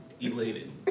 Elated